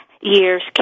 years